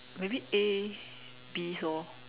maybe A Bs lor